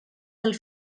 del